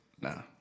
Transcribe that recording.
no